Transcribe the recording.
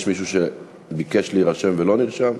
יש מישהו שביקש להירשם ולא נרשם?